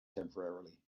temporarily